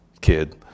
kid